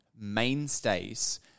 mainstays